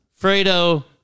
Fredo